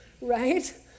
right